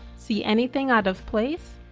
see anything out of place?